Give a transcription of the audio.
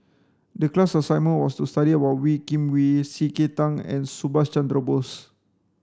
the class assignment was to study about Wee Kim Wee C K Tang and Subhas Chandra Bose